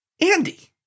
Andy